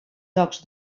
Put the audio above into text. jocs